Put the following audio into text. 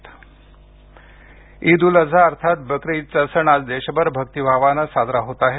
ईद उल अझा ईद उल अझा अर्थात बक्र ईद चा सण आज देशभर भक्तिभावानं साजरा होत आहे